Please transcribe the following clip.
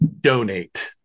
donate